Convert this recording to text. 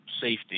safety